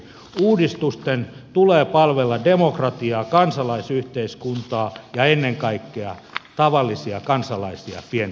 uudistusten tulee palvella demokratiaa kansalaisyhteiskuntaa ja ennen kaikkea tavallisia kansalaisia pientä ihmistä